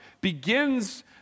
begins